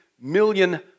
million